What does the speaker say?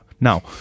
Now